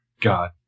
God